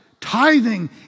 Tithing